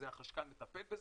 בזה החשכ"ל מטפל,